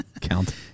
Count